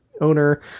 owner